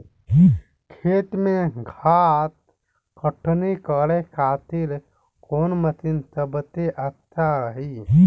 खेत से घास कटनी करे खातिर कौन मशीन सबसे अच्छा रही?